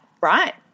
right